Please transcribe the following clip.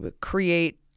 create